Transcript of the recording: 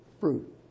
fruit